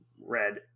red